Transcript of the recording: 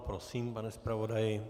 Prosím, pane zpravodaji.